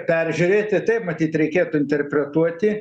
peržiūrėti taip matyt reikėtų interpretuoti